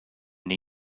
new